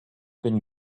been